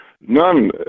none